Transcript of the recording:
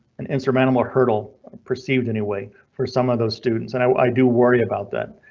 an insurmountable hurdle perceived anyway for some of those students. and i do worry about that.